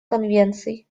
конвенций